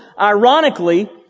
Ironically